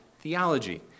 theology